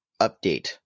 update